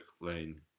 Lane